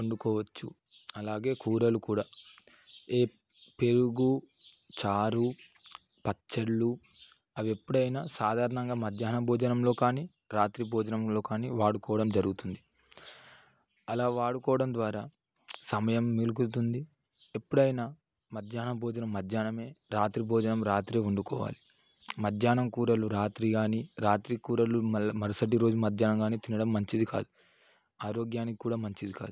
వండుకోవచ్చు అలాగే కూరలు కూడా ఏ పెరుగు చారు పచ్చళ్ళు అవి ఎప్పుడైనా సాధారణంగా మధ్యాహ్నం భోజనంలో కాని రాత్రి భోజనంలో కానీ వాడుకోవడం జరుగుతుంది అలా వాడుకోవడం ద్వారా సమయం మిగులుతుంది ఎప్పుడైనా మధ్యాహ్న భోజనం మధ్యాహ్నం రాత్రి భోజనం రాత్రి వండుకోవాలి మధ్యాహ్నం కూరలు రాత్రి కానీ రాత్రి కూరలు మరుసటి రోజు మధ్యాహ్నం కానీ తినడం మంచిది కాదు ఆరోగ్యానికి కూడా మంచిది కాదు